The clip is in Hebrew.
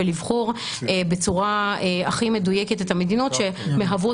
ולבחור בצורה הכי מדויקת את המדינות שמהוות